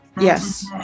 Yes